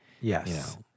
Yes